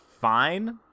fine